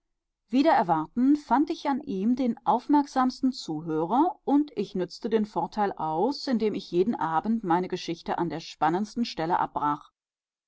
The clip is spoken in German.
erwarten fand ich an ihm den aufmerksamsten zuhörer und ich nützte den vorteil aus indem ich jeden abend meine geschichte an der spannendsten stelle abbrach